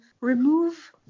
remove